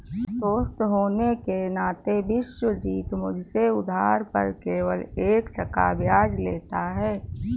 दोस्त होने के नाते विश्वजीत मुझसे उधार पर केवल एक टका ब्याज लेता है